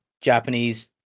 japanese